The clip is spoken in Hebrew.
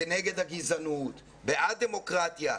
כנגד הגזענות וא-דמוקרטיה.